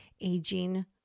aging